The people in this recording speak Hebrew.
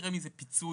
תראה מזה פיצוי,